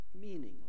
meaningless